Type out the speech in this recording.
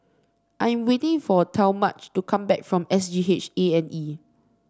I am waiting for Talmadge to come back from S G H A and E